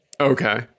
Okay